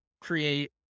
create